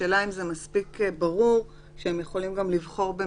השאלה אם זה ברור שהם יכולים לבחור גם